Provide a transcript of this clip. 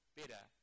better